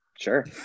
sure